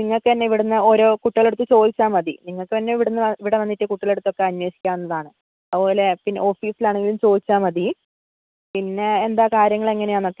നിങ്ങൾക്ക് തന്നെ ഇവിടുന്ന് ഓരോ കുട്ടികളുടെ അടുത്തും ചോദിച്ചാൽ മതി നിങ്ങൾക്ക് തന്നെ ഇവിടെ വന്നിട്ട് കുട്ടികളുടെ അടുത്ത് അനേഷിക്കാവുന്നതാണ് അതുപോലെ ഓഫീസിൽ ആണെങ്കിലും ചോദിച്ചാൽ മതി പിന്നെ എന്താണ് കാര്യങ്ങൾ എങ്ങനെയാണ് എന്നൊക്കെ